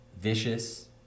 vicious